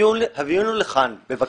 הביאו לכאן בבקשה.